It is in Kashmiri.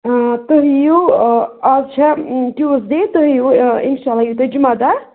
آ تُہۍ یِیِو آز چھےٚ ٹیوٗزڈے تُہۍ یِیِو اِنشاء اللہ یِیِو تُہۍ جمعہ دۄہ